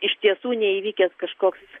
iš tiesų neįvykęs kažkoks